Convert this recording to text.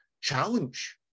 challenge